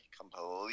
completely